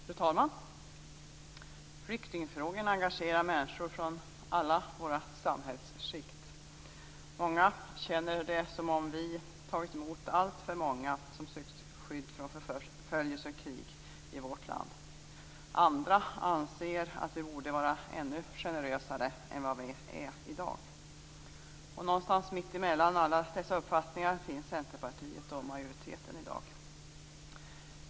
Fru talman! Flyktingfrågorna engagerar människor från alla våra samhällsskikt. Många känner att vi i vårt land har tagit emot alltför många som har sökt skydd från förföljelse och krig. Andra anser att vi borde vara ännu generösare än vad vi är i dag. Någonstans mitt emellan dessa uppfattningar finns Centerpartiet och majoriteten i dag.